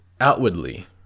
outwardly